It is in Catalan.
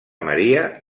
maria